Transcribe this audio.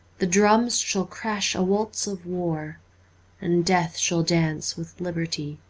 the drums shall crash a waltz of war and death shall dance with liberty